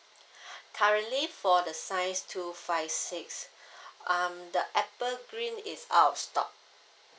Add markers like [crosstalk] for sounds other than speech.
[breath] currently for the size two five six [breath] um the Apple green is out of stock